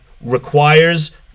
requires